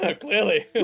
Clearly